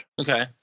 Okay